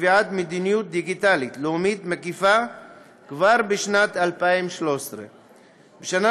בקביעת מדיניות דיגיטלית לאומית מקיפה כבר בשנת 2013. בשנה